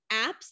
apps